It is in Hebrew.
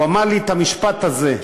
הוא אמר לי את המשפט הזה: